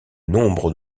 nombre